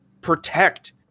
protect